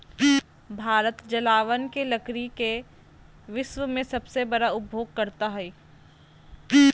भारत जलावन के लकड़ी के विश्व में सबसे बड़ा उपयोगकर्ता हइ